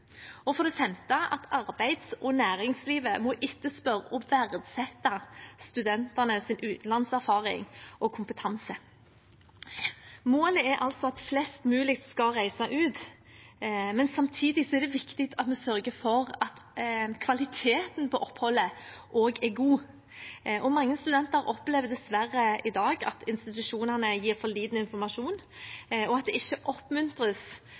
selv, skal bidra til kulturendringen. Arbeids- og næringslivet må etterspørre og verdsette studentenes utenlandserfaring og kompetanse. Målet er altså at flest mulig skal reise ut, men samtidig er det viktig at vi sørger for at kvaliteten på oppholdet også er god. Mange studenter opplever dessverre i dag at institusjonene gir for lite informasjon, og at